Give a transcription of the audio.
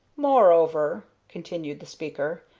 moreover, continued the speaker,